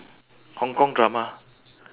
hong kong drama